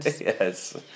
Yes